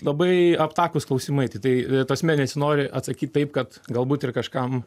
labai aptakūs klausimai tai tai ta prasme nesinori atsakyti taip kad galbūt ir kažkam